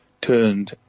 turned